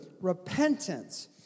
repentance